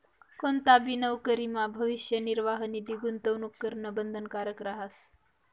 कोणताबी नवकरीमा भविष्य निर्वाह निधी गूंतवणूक करणं बंधनकारक रहास